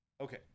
Okay